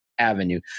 avenue